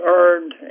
earned